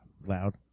loud